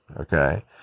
okay